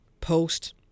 post